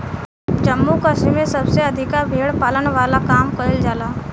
जम्मू कश्मीर में सबसे अधिका भेड़ पालन वाला काम कईल जाला